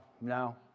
no